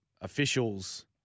officials